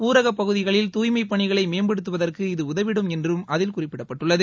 ஊரகப் பகுதிகளில் தூய்மைப் பணிகளை மேம்படுத்துவதற்கு இது உதவிடும் என்று அதில் குறிப்பிடப்பட்டுள்ளது